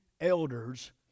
elders